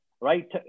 right